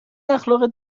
اخالقات